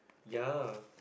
ya